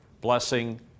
blessing